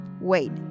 Wait